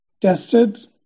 tested